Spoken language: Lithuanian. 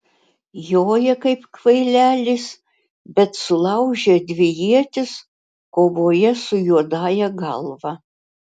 joja kaip kvailelis bet sulaužė dvi ietis kovoje su juodąja galva